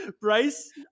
Bryce